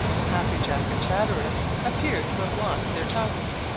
happy jack and chatterer appeared to have lost their tongues,